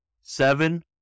seven